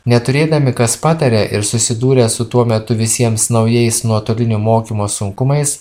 neturėdami kas pataria ir susidūrę su tuo metu visiems naujais nuotolinio mokymo sunkumais